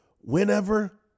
whenever